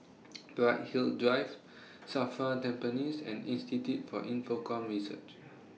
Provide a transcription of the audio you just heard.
Bright Hill Drive SAFRA Tampines and Institute For Infocomm Research